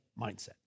mindset